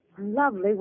Lovely